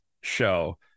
show